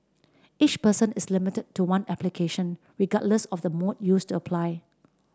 each person is limited to one application regardless of the mode used to apply